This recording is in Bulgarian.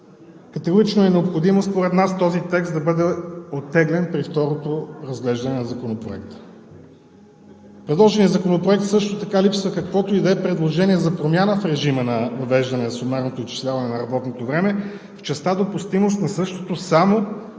категорично е необходимо този текст да бъде оттеглен при второто разглеждане на Законопроекта. В предложения законопроект също така липсва каквото и да е предложение за промяна в режима на въвеждане на сумарното изчисляване на работното време – в частта допустимост на същото, само